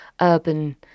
urban